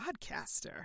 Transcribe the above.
podcaster